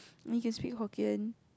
and he can speak Hokkien